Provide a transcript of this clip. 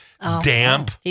damp